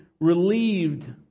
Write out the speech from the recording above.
relieved